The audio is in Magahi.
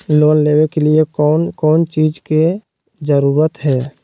लोन लेबे के लिए कौन कौन चीज के जरूरत है?